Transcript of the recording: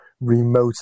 remote